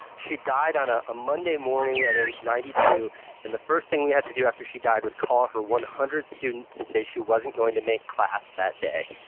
she died on ah a monday morning at age ninety two and the first thing we had to do after she died was call her one hundred students to say she wasn't going to make class that day.